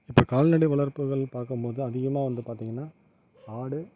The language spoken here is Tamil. இப்போ கால்நடை வளர்ப்புகள் பார்க்கும்போது அதிகமாக வந்து பார்த்தீங்கன்னா ஆடு